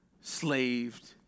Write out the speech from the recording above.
slaved